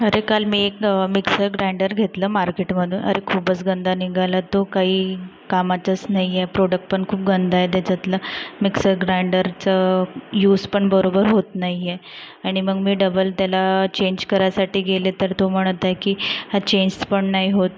अरे काल मी एक मिक्सर ग्रँडर घेतलं मार्केटमधून अरे खूपच गंदा निघाला तो काही कामाचंच नाही आहे प्रोडक्ट पण खूप गंदा आहे तेच्यातलं मिक्सर ग्रँडरचं यूसपण बरोबर होत नाही आहे आणि मग मी डबल त्याला चेंज करायसाठी गेले तर तो म्हणत आहे की हा चेंज्सपण नाही होत